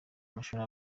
amashuri